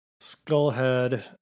Skullhead